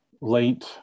late